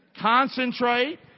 concentrate